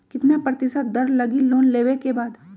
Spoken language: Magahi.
कितना प्रतिशत दर लगी लोन लेबे के बाद?